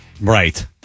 Right